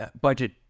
budget